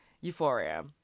Euphoria